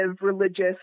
religious